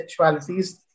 sexualities